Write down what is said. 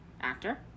actor